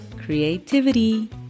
creativity